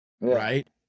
right